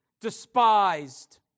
despised